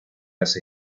las